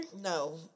No